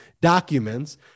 documents